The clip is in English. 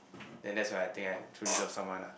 then that's why I think I truly love someone ah